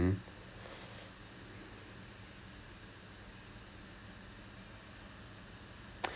interesting இவ்வளவு ஆசை எல்லாம் வச்சிருக்கே ஆனா:ivvalvu aasai ellaam vachirukkae aanaa writer's wing வும்:vum publication இல் எல்லாம் சேரலே:il ellaam seralae interesting